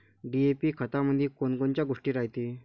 DAP खतामंदी कोनकोनच्या गोष्टी रायते?